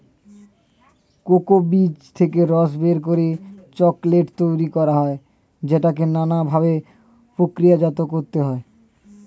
cocoa বীজ থেকে রস বের করে চকোলেট তৈরি করা হয় যেটাকে নানা ভাবে প্রক্রিয়াজাত করতে হয়